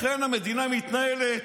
לכן המדינה מתנהלת,